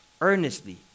earnestly